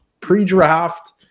pre-draft